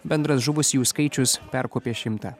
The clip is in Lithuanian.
bendras žuvusiųjų skaičius perkopė šimtą